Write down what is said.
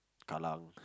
Kallang